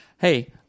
Hey